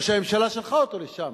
או שהממשלה שלחה אותו לשם,